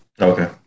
Okay